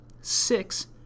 Six